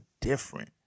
different